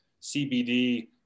cbd